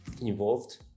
involved